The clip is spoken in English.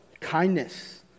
kindness